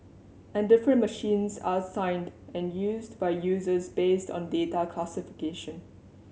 and different machines are assigned and used by users based on data classification